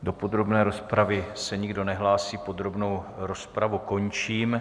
Do podrobné rozpravy se nikdo nehlásí, podrobnou rozpravu končím.